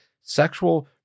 sexual